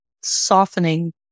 softening